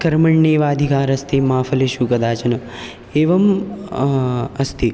कर्मण्येवाधिकारस्ते मा फलेषु कदाचन एवम् अस्ति